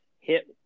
hit